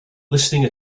listening